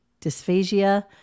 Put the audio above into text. dysphagia